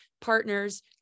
partners